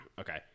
Okay